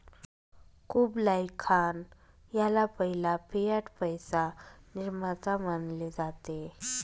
Kublai Khan ह्याला पहिला fiat पैसा निर्माता मानले जाते